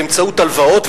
באמצעות הלוואות,